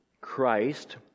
Christ